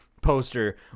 poster